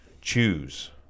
Choose